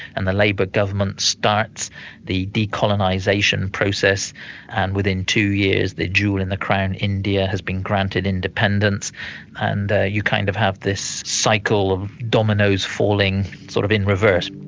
and the labour government starts the decolonisation process and within two years the jewel in the crown, india, has been granted independence and you kind of have this cycle of dominos falling sort of in reverse.